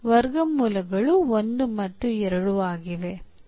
ವರ್ಗಮೂಲಗಳು 1 ಮತ್ತು 2 ಆಗಿವೆ